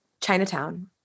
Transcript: Chinatown